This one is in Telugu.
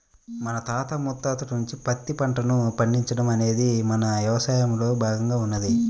మన తాత ముత్తాతల నుంచే పత్తి పంటను పండించడం అనేది మన యవసాయంలో భాగంగా ఉన్నది